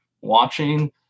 watching